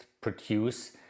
Produce